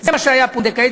זה מה שהיה פונדקאית,